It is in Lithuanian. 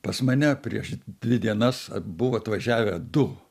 pas mane prieš dvi dienas buvo atvažiavę du